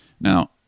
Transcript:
Now